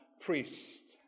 priest